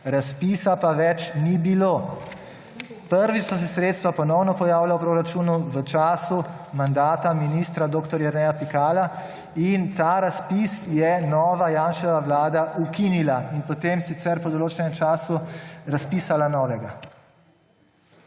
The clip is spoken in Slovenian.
Razpisa pa več ni bilo. Prvič so se sredstva ponovno pojavila v proračunu v času mandata ministra dr. Jerneja Pikala in ta razpis je nova Janševa vlada ukinila in potem sicer po določenem času razpisala novega.